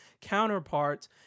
counterparts